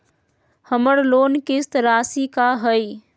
हमर लोन किस्त राशि का हई?